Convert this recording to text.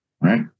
Right